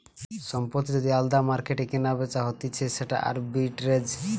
সম্পত্তি যদি আলদা মার্কেটে কেনাবেচা হতিছে সেটা আরবিট্রেজ